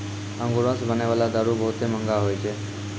अंगूरो से बनै बाला दारू बहुते मंहगा होय छै